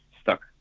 stuck